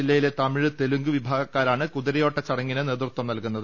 ജില്ലയിലെ തമിഴ് തെലുങ്ക് വിഭാഗക്കാരാണ് കുതിരയോട്ട ചടങ്ങിന് നേതൃത്വം നൽകുന്നത്